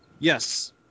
Yes